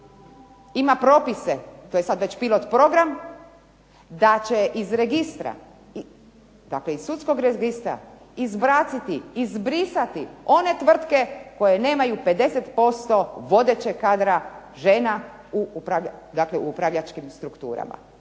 ima propise koje sada već pilot program da će iz registra, dakle iz sudskog registra izbaciti, izbrisati one tvrtke koje nemaju 50% vodećeg kadra žena u upravljačkim strukturama.